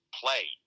play